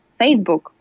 Facebook